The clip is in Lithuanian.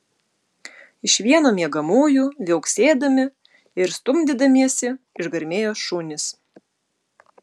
iš vieno miegamųjų viauksėdami ir stumdydamiesi išgarmėjo šunys